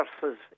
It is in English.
versus